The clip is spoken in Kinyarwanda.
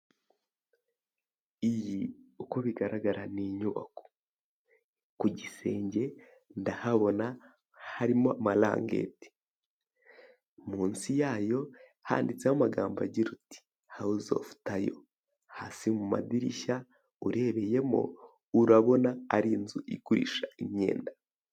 Iyi uko bigaragara ni inyubako ku gisenge ndahabona harimo marangeti, munsi yayo handitseho amagambo agira uti hawuzi ofu tayo, hasi mu madirishya urebeyemo urabona ari inzu igurisha imyenda.